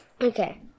Okay